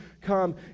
come